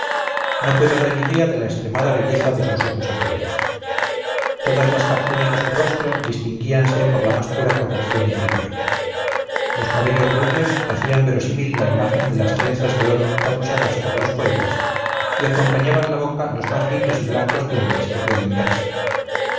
no puedo dar idea de la extremada belleza de sus ojos azules todas las facciones de su rostro distinguíanse por la más pura corrección y finura los cabellos rubios hacían verosímil la imagen de las trenzas de oro tan usada por los poetas y acompañaban la boca los más lindos y blancos dientes que pueden verse